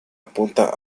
apunta